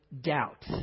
doubt